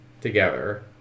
together